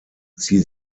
sie